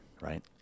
right